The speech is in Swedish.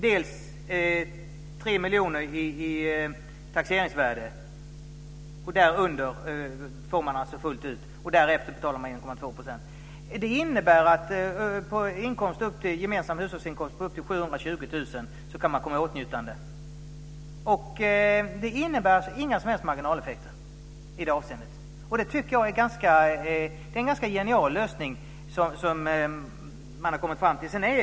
Det ena är 3 miljoner i taxeringsvärde. Därunder får man fullt ut, och därefter betalar man 1,2 %. Det innebär att med en gemensam hushållsinkomst på upp till 720 000 kan man komma i åtnjutande av detta. Det innebära inga som helst marginaleffekter i det avseendet. Jag tycker att det är en ganska genial lösning som man har kommit fram till.